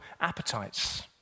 appetites